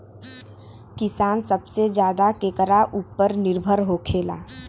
किसान सबसे ज्यादा केकरा ऊपर निर्भर होखेला?